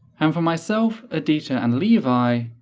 and from myself, ah udita, and levi,